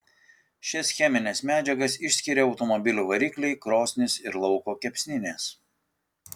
šias chemines medžiagas išskiria automobilių varikliai krosnys ir lauko kepsninės